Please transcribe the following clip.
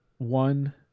One